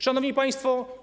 Szanowni Państwo!